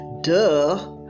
Duh